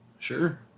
Sure